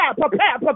prepare